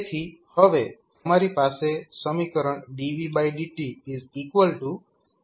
તેથી હવે તમારી પાસે સમીકરણ dvdt v VSRCછે